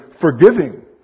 forgiving